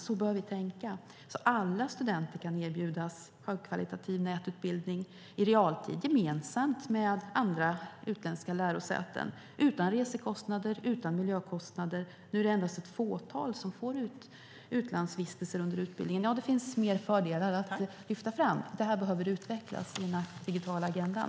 Så bör vi tänka, så att alla studenter kan erbjudas högkvalitativ nätutbildning i realtid gemensamt med utländska lärosäten, utan resekostnader och utan miljökostnader. Nu är det endast ett fåtal som får utlandsvistelse under utbildningen. Det finns fler fördelar att lyfta fram. Det här behöver utvecklas i den digitala agendan.